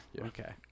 Okay